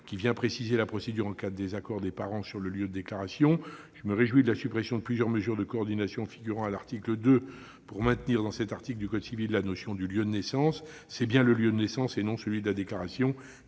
amendement précise la procédure en cas de désaccord des parents sur le lieu de déclaration. De même, je me réjouis de la suppression de plusieurs mesures de coordination figurant à l'article 2, pour maintenir dans certains articles du code civil la notion de lieu de naissance. C'est bien le lieu de naissance- et non celui de la déclaration